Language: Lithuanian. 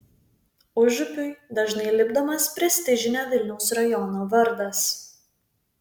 užupiui dažnai lipdomas prestižinio vilniaus rajono vardas